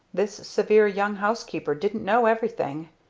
this severe young housekeeper didn't know everything.